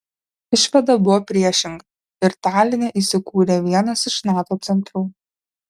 išvada buvo priešinga ir taline įsikūrė vienas iš nato centrų